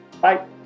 Bye